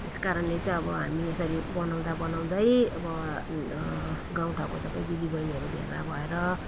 त्यस कारणले चाहिँ अब हामी यसरी बनाउँदा बनाउँदै अब गाउँठाउँको सबै दिदीबैनीहरू भेला भएर